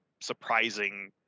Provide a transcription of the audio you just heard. surprising